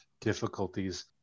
difficulties